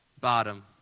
bottom